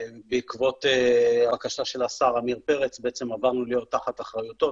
בעקבות בקשה של השר עמיר פרץ בעצם עברנו להיות תחת אחריותו,